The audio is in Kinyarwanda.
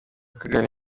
kagali